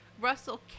Russell